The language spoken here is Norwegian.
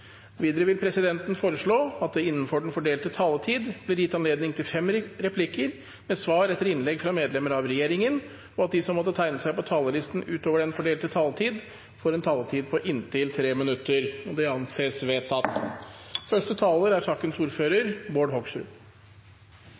Videre vil presidenten foreslå at det – innenfor den fordelte taletid – blir gitt anledning til replikkordskifte på inntil fem replikker med svar etter innlegg fra medlemmer av regjeringen, og at de som måtte tegne seg på talerlisten utover den fordelte taletid, får en taletid på inntil 3 minutter. – Det anses vedtatt.